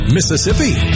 Mississippi